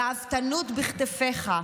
גאוותנות בכתפיך.